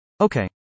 Okay